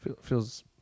Feels